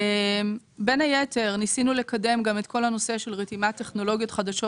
בין היתר ניסינו לקדם את כל הנושא של רתימת טכנולוגיות חדשות